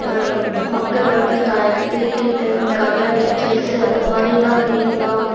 மக்கள் வந்து கிரிக்கெட்டு கபடி செஸ்ஸு அதமாரிலாம் கேம்லாம்